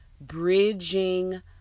bridging